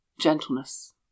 gentleness